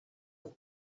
پلیس